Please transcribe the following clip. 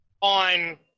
on